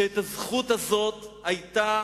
הזכות הזאת היתה